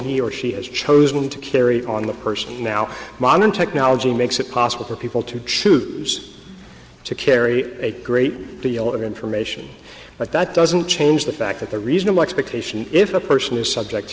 he or she has chosen to carry on the person now modern technology makes it possible for people to choose to carry a great deal of information but that doesn't change the fact that the reasonable expectation if a person is subject